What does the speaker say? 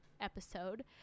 episode